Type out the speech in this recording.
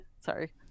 Sorry